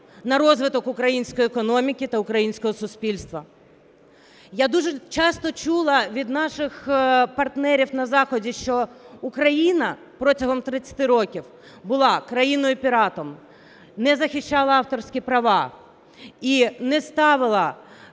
на розвиток української економіки та українського суспільства. Я дуже часто чула від наших партнерів на Заході, що Україна протягом тридцяти років була країною-піратом, не захищала авторські права і не ставила